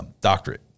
doctorate